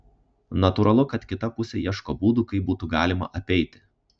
natūralu kad kita pusė ieško būdų kaip būtų galima apeiti